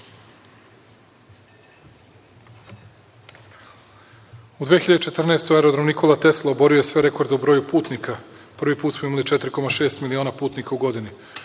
godini aerodrom „Nikola Tesla“ oborio je sve rekorde u broju putnika. Prvi put smo imali 4,6 miliona putnika u godini.